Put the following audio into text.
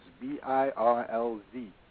B-I-R-L-Z